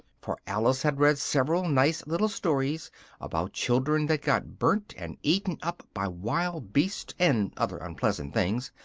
for alice had read several nice little stories about children that got burnt, and eaten up by wild beasts, and other unpleasant things,